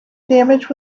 damage